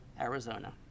Arizona